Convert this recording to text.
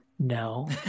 No